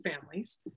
families